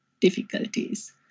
difficulties